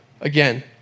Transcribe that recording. again